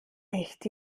echt